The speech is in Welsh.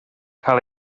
cael